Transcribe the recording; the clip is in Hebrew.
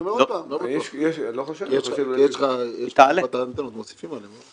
יש לך עוד אנטנות, מוסיפים עליהן.